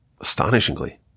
astonishingly